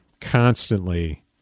constantly